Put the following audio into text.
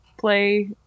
play